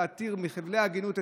להתיר נשים מחבלי העגינות,